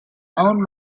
own